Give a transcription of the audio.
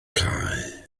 cae